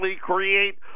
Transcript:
create